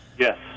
Yes